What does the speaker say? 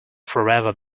forever